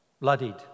bloodied